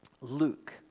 Luke